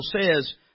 says